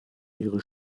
ihre